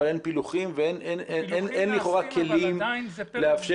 אבל אין פילוחים ואין לכאורה כלים לאפשר